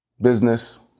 business